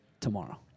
tomorrow